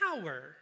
Power